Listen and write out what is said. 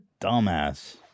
dumbass